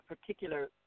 particular